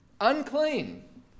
unclean